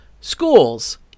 Schools